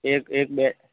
एक एक